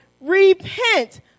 repent